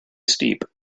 steep